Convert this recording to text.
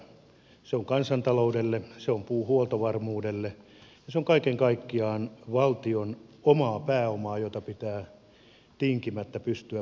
se on sitä kansantaloudelle se on puuhuoltovarmuudelle sen metsät ovat kaiken kaikkiaan valtion omaa pääomaa jota pitää tinkimättä pystyä puolustamaan